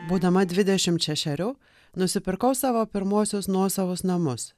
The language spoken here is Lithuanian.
būdama dvidešimt šešerių nusipirkau savo pirmuosius nuosavus namus